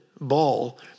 ball